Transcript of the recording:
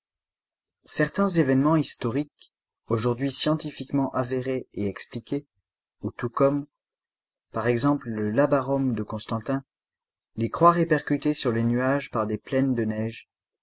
certains événements historiques aujourd'hui scientifiquement avérés et expliqués ou tout comme par exemple le labarum de constantin les croix répercutées sur les nuages par des plaines de neige